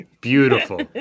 Beautiful